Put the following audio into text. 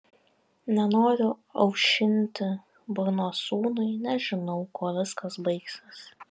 nenoriu aušinti burnos sūnui nes žinau kuo viskas baigsis